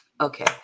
okay